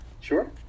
Sure